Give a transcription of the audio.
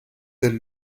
del